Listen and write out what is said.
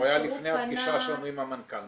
שהוא היה לפני הפגישה שלנו עם המנכ"ל.